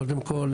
קודם כול,